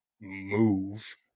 move